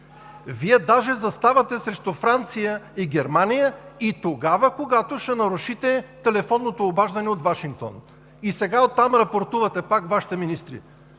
Вие даже заставате срещу Франция и Германия тогава, когато ще нарушите телефонното обаждане от Вашингтон. И сега оттам рапортуват пак Вашите министри.